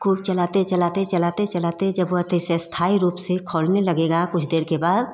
आ खूब चलाते चलाते चलाते चलाते जब वह तैसे स्थायी रूप से खौलने लगेगा कुछ देर के बाद